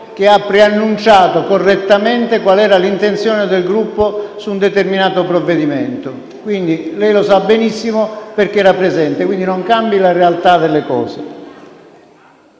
che ha preannunciato, correttamente, qual era l'intenzione del Gruppo su un determinato provvedimento. Lei lo sa benissimo perché era presente quindi non cambi la realtà delle cose.